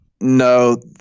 No